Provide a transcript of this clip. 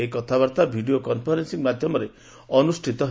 ଏହି କଥାବାର୍ତ୍ତା video conferencing ମାଧ୍ୟମରେ ଅନୁଷ୍ଠିତ ହେବ